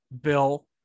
Bill